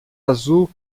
azul